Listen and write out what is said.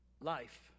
life